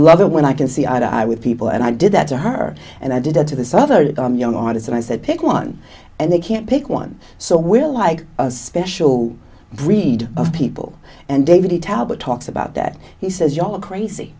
love her when i can see eye to eye with people and i did that to her and i did it to this other young artist and i said pick one and they can't pick one so we're like a special breed of people and david talbot talks about that he says you're crazy